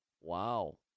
Wow